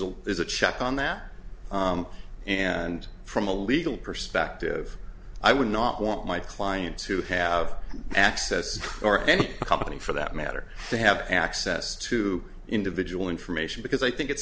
is a check on that and from a legal perspective i would not want my clients who have access or any company for that matter to have access to individual information because i think it's